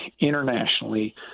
internationally